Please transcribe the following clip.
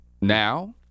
now